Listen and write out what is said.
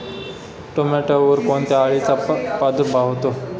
टोमॅटोवर कोणत्या अळीचा प्रादुर्भाव होतो?